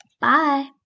Bye